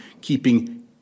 keeping